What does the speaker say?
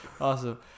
Awesome